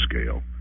scale